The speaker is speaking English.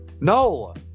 No